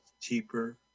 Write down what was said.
cheaper